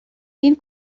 این